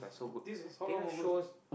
this is how long ago sir